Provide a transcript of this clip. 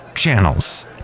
Channels